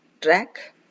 track